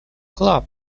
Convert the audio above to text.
club